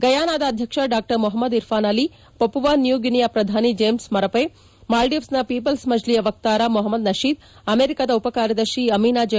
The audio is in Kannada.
ಗಯಾನಾದ ಅಧ್ಯಕ್ಷ Dr Mohamed Irfaan Ali Papua New Guinea ಪ್ರಧಾನಿ ಜೇಮ್ಸ್ ಮರಪೆ ಮಾಲ್ಡೀವ್ಸ್ ನ ಪೀಪಲ್ಸ್ ಮಜ್ಲಿಯ ವಕ್ತಾರ ಮೊಹಮದ್ ನಶೀದ್ ಅಮೆರಿಕಾದ ಉಪಕಾರ್ಯದರ್ಶಿ ಅಮೀನಾ ಜೆ